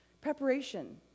Preparation